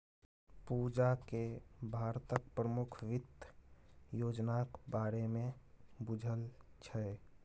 पूजाकेँ भारतक प्रमुख वित्त योजनाक बारेमे बुझल छै